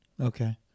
Okay